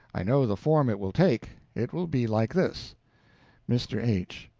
i know the form it will take. it will be like this mr. h.